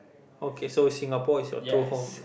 okay so Singapore is your true home